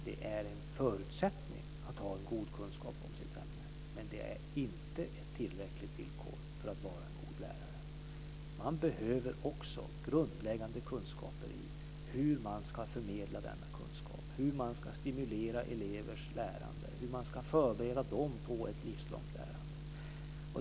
Det är en förutsättning att ha en god kunskap om sitt ämne, men det är inte ett tillräckligt villkor för att vara en god lärare. Man behöver också grundläggande kunskaper i hur man ska förmedla denna kunskap, hur man ska stimulera elevers lärande och hur man ska förbereda dem på ett livslångt lärande.